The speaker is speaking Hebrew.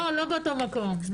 לא באותו מקום.